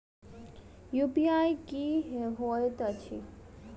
UPI की होइत अछि